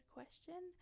question